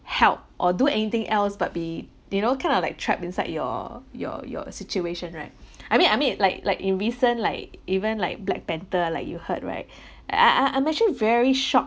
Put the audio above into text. help or do anything else but be you know kind of like trapped inside your your your situation right I mean I mean it's like like in recent like even like black panther like you heard right I I I I'm actually very shock